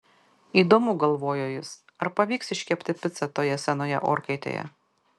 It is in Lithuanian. įdomu galvojo jis ar pavyks iškepti picą toje senoje orkaitėje